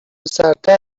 سردتر